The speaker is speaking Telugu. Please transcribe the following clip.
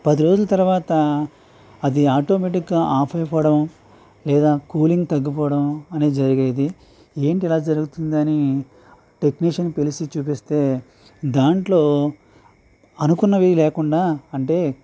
పది రోజుల తర్వాత అది ఆటోమేటిక్గా ఆఫ్ అయిపోవడం లేదా కూలింగ్ తగ్గిపోవడం అనేది జరిగేది ఏంటి ఇలా జరుగుతుందని టెక్నీషన్ని పిలిచి చూపిస్తే దాంట్లో అనుకున్నవి లేకుండా అంటే